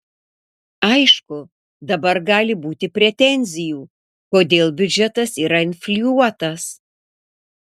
aišku dabar gali būti pretenzijų kodėl biudžetas yra infliuotas